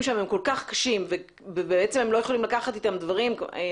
שם הם כל כך קשים ובעצם הם לא יכולים לקחת איתם דברים אישיים,